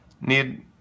need